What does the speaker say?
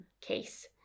case